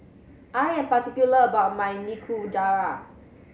I am particular about my Nikujaga